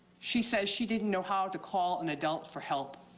she says she didn't know how to call an adult for help.